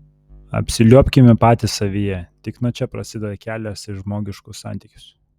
apsiliuobkime patys savyje tik nuo čia prasideda kelias į žmogiškus santykius